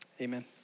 amen